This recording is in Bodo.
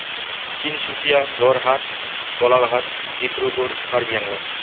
तिनचुकिया जरहाट गलाघाट डिब्रुगड़ कार्बि आंलं